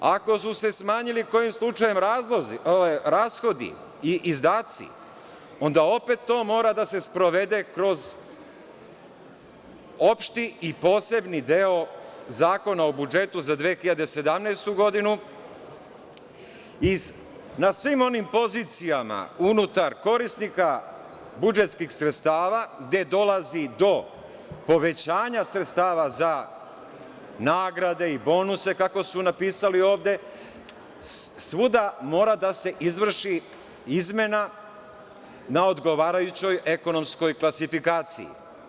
Ako su se smanjili kojim slučajem rashodi i izdaci, onda opet to mora da se sprovede kroz opšti i posebni deo Zakona o budžetu za 2017. godinu na svim onim pozicijama unutar korisnika budžetskih sredstava gde dolazi do povećanja sredstava za nagrade i bonuse, kako su napisali ovde, svuda mora da se izvrši izmena na odgovarajućoj ekonomskoj klasifikaciji.